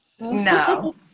No